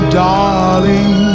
darling